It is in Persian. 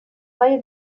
های